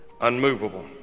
unmovable